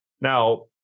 Now